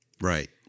Right